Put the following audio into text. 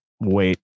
Wait